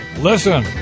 Listen